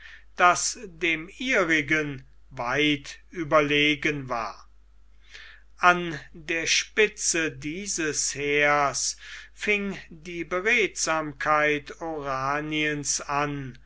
das dem ihrigen weit überlegen war an der spitze dieses heers fing die beredsamkeit oraniens an